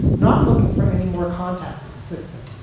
not looking for any more contact with the system.